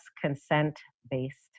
consent-based